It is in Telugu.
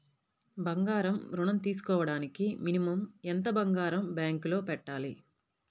బంగారం ఋణం తీసుకోవడానికి మినిమం ఎంత బంగారం బ్యాంకులో పెట్టాలి?